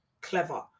clever